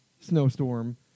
snowstorm